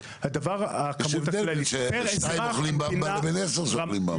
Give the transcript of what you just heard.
הדבר השני --- יש הבדל בין שניים שאוכלים במבה לעשרה שאוכלים במבה.